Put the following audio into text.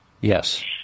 Yes